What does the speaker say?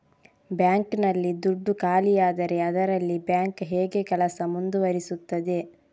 Bank ನಲ್ಲಿ ದುಡ್ಡು ಖಾಲಿಯಾದರೆ ಅದರಲ್ಲಿ ಬ್ಯಾಂಕ್ ಹೇಗೆ ಕೆಲಸ ಮುಂದುವರಿಸುತ್ತದೆ?